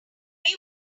want